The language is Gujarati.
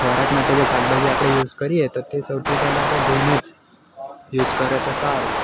ખોરાક માટે જે આપણે શાકભાજીને યુઝ કરીએ છે તે સૌથી પહેલા ધોઈને જ યુઝ કરે તો સારું